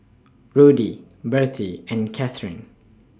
Rudy Bertie and Katheryn